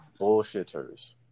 bullshitters